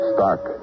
Stark